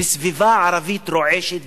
בסביבה ערבית רועשת וגועשת,